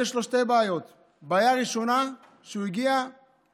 יש לו שתי בעיות: הבעיה הראשונה היא שהוא הגיע מאגו.